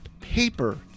paper